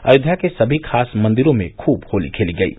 अयोध्या के सभी खास मंदिरों में खूब होली खेली गयी